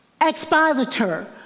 expositor